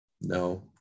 No